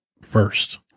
first